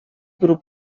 grup